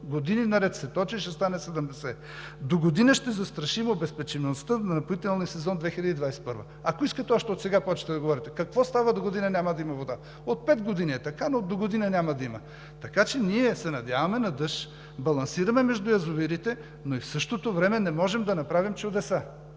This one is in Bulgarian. години наред се точи и ще стане 70, догодина ще застрашим обезпечеността на напоителния сезон 2021 г. Ако искате още отсега започвайте да говорите: какво става? Догодина няма да има вода. От пет години е така, но догодина няма да има. Така че ние се надяваме на дъжд, балансираме между язовирите, но и в същото време не можем да направим чудеса!